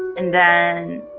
and then,